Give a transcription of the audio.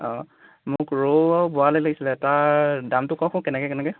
অঁ মোক ৰৌ আৰু বৰালি লাগিছিলে তাৰ দামটো কওক কেনেকৈ কেনেকৈ